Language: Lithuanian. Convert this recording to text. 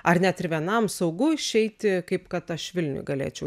ar net ir vienam saugu išeiti kaip kad aš vilniuj galėčiau